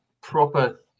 proper